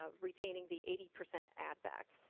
ah retaining the eighty percent add back.